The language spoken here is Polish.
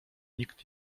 nikt